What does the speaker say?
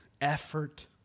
effort